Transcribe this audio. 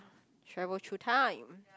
travel through time